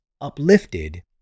uplifted